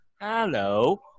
hello